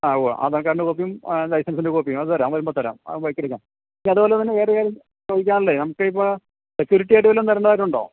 ആ ഉവ്വാ ആധാർ കാർഡിൻ്റെ കോപ്പിയും ലൈസെൻസിൻ്റെ കോപ്പിയും അത് തരാം വരുമ്പം തരാം ആ ബൈക്കെടുക്കാം അതുപോലെ തന്നെ വേറൊരു കാര്യം ചോദിക്കാനുള്ളത് നമുക്ക് ഇപ്പം സെക്യൂരിറ്റിയായിട്ട് വല്ലതും തരേണ്ടതായിട്ടുണ്ടോ